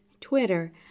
twitter